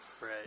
right